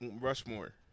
Rushmore